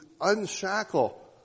unshackle